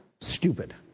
stupid